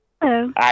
Hello